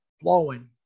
flowing